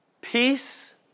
Peace